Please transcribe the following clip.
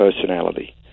personality